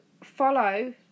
follow